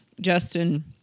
Justin